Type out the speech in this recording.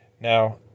Now